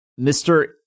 Mr